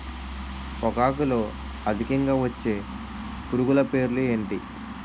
పొగాకులో అధికంగా వచ్చే పురుగుల పేర్లు ఏంటి